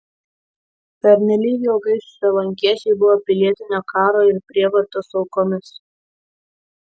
pernelyg ilgai šrilankiečiai buvo pilietinio karo ir prievartos aukomis